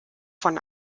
von